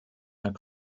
jak